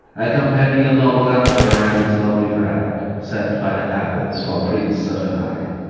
accompany your noble emperor and his lovely bride, sent by the heavens for prince saturnine,